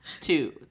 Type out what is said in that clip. two